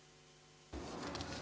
Hvala.